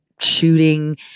shooting